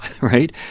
right